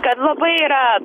kad labai yra